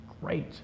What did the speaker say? great